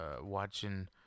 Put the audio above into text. watching